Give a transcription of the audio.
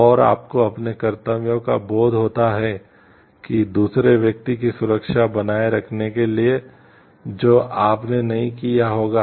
और आपको अपने कर्तव्यों का बोध होता है कि दूसरे व्यक्ति की सुरक्षा बनाए रखने के लिए जो आपने नहीं किया होगा